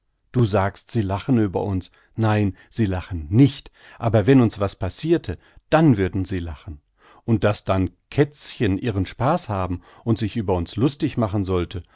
du sagst sie lachen über uns nein sie lachen nicht aber wenn uns was passirte dann würden sie lachen und daß dann kätzchen ihren spaß haben und sich über uns lustig machen sollte